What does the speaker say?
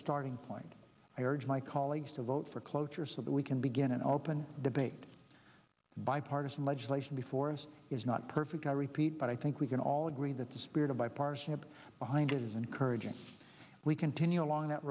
starting point i urge my colleagues to vote for cloture so that we can begin an open debate bipartisan legislation before us is not perfect i repeat but i think we can all agree that the spirit of bipartisanship behind it is encouraging we continue along that